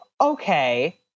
okay